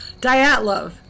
Dyatlov